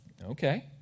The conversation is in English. okay